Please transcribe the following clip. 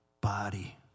body